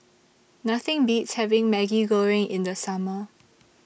Nothing Beats having Maggi Goreng in The Summer